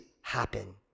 happen